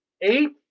eight